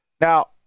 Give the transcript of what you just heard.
Now